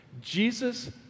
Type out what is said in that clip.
Jesus